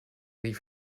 leave